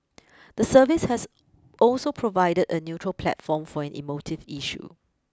the service has also provided a neutral platform for an emotive issue